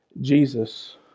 Jesus